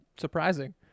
surprising